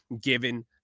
given